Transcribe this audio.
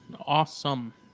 Awesome